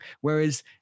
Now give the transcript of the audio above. Whereas